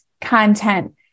content